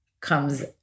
comes